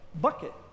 bucket